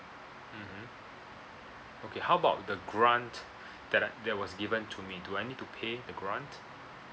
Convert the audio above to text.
mmhmm okay how about the grant that I that was given to me do I need to pay the grant